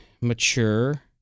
mature